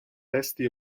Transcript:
testi